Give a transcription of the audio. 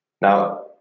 Now